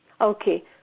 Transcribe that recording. Okay